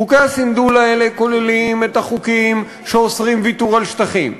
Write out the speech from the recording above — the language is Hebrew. חוקי הסנדול האלה כוללים את החוקים שאוסרים ויתור על שטחים,